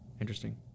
Interesting